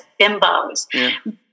bimbos